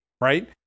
Right